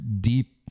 deep